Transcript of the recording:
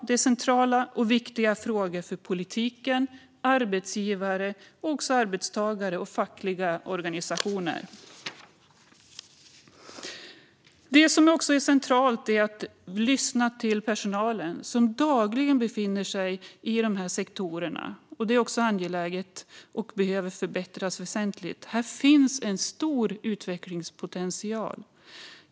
Det är centrala och viktiga frågor för politiken, arbetsgivarna och också arbetstagarna och de fackliga organisationerna. Det är också centralt att lyssna till personalen som dagligen befinner sig i dessa sektorer. Detta är också angeläget och behöver förbättras väsentligt. Här finns en stor utvecklingspotential.